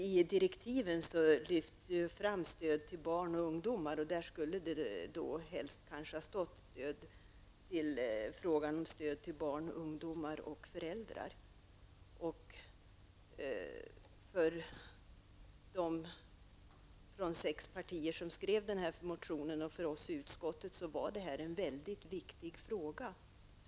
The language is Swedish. I direktiven lyfts stöd till barn och ungdomar fram, och där skulle det kanske helst ha stått ''frågan om stöd till barn, ungdomar och föräldrar''. För de sex partier som skrev motionen och för oss i utskottet är det en väldigt viktigt fråga.